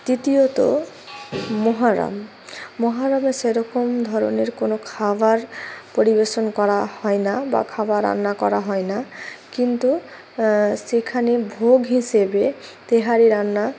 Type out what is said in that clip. তৃতীয়ত মহরম মহরমে সেরকম ধরনের কোনো খাবার পরিবেশন করা হয় না বা খাবার রান্না করা হয় না কিন্তু সেখানে ভোগ হিসেবে তেহারি রান্না